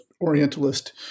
Orientalist